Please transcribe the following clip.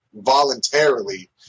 voluntarily